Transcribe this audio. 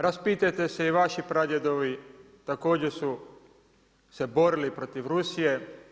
Raspitajte se i vaši pradjedovi također su se borili protiv Rusije.